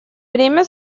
время